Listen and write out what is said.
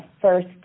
first